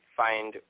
find